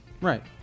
Right